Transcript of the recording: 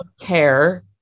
care